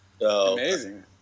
Amazing